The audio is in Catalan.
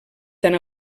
tan